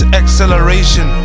acceleration